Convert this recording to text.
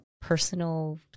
personal